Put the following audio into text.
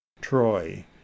troy